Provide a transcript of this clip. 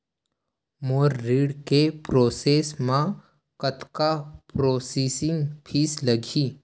मोर ऋण के प्रोसेस म कतका प्रोसेसिंग फीस लगही?